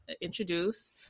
introduce